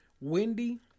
Wendy